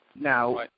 Now